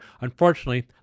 Unfortunately